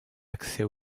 accès